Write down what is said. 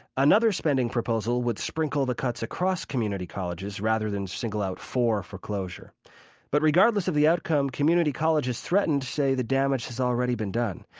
another spending proposal would sprinkle the cuts across community colleges rather than single out four for closure but regardless of the outcome, community colleges threatened say the damage has already been done.